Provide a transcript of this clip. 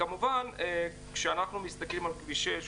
וכמובן כשאנחנו מסתכלים על כביש 6,